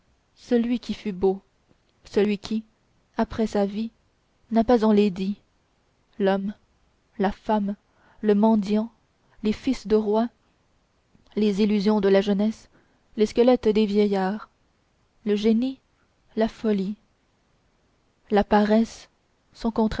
celui qui fut beau celui qui après sa vie n'a pas enlaidi l'homme la femme le mendiant les fils de rois les illusions de la jeunesse les squelettes des vieillards le génie la folie la paresse